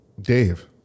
Dave